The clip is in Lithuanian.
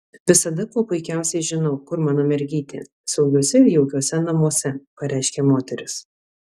visada kuo puikiausiai žinau kur mano mergytė saugiuose ir jaukiuose namuose pareiškė moteris